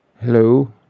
Hello